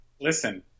Listen